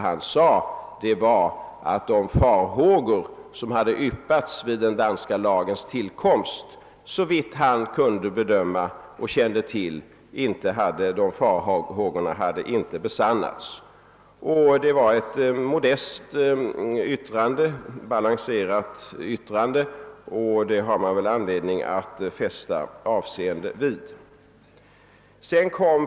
Han sade, att de farhågor som hade yppats vid den danska lagens tillkomst inte hade, såvitt han kunde bedöma och kände till, besannats. Det var ett modest och balanserat yttrande som man väl har anledning att fästa avseende vid.